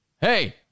Hey